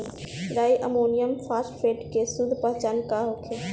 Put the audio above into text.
Di ammonium phosphate के शुद्ध पहचान का होखे?